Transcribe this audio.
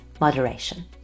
moderation